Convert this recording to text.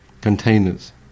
containers